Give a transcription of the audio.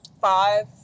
five